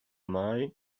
mai